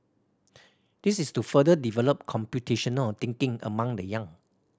this is to further develop computational thinking among the young